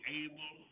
able